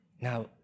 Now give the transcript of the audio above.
Now